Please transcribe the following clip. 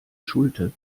schulte